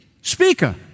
speaker